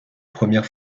premières